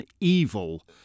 evil